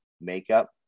makeup